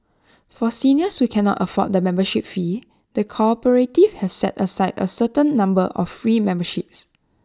for seniors we cannot afford the membership fee the cooperative has set aside A certain number of free memberships